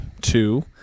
two